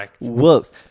works